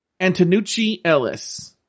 Antonucci-Ellis